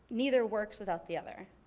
neither works without the other.